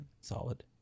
solid